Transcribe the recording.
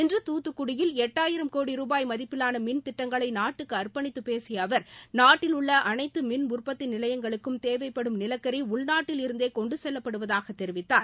இன்று துத்துக்குடியில் எட்டாயிரம் கோடி ரூபாய் மதிப்பிலான மின் திட்டங்களை நாட்டுக்கு அர்ப்பணித்து பேசிய அவர் நாட்டில் உள்ள அனைத்து மின் உற்பத்தி நிலையங்களுக்கும் தேவைப்படும் நிலக்கரி உள்நாட்டில் இருந்தே கொண்டு செல்லப்படுவதாக தெரிவித்தார்